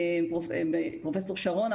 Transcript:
פרופ' שרונה,